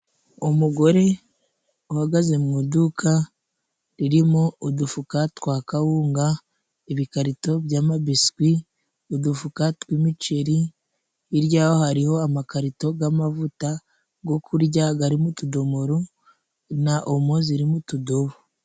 Umugore uhagaze mu iduka, ririmo udufuka twa kawunga, ibikarito by'amabiswi mudufuka tw'imiceri, hirya hariho amakarito g'amavuta go kurya, gari mu tudomoro na omo ziri mu tudobo.